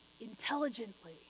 intelligently